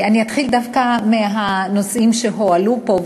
אני אתחיל דווקא מהנושאים שהועלו פה,